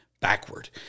backward